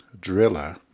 driller